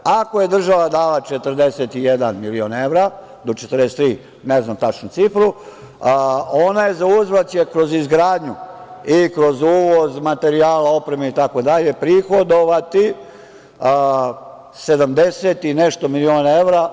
Ako je država dala 41 milion evra do 43, ne znam tačno cifru, ona će zauzvrat kroz izgradnju i kroz uvoz materijala, opreme prihodovati 70 i nešto miliona evra.